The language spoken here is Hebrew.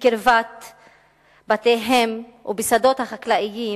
בקרבת בתיהם ובשדות החקלאיים,